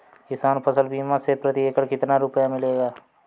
किसान फसल बीमा से प्रति एकड़ कितना रुपया मिलेगा?